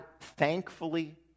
thankfully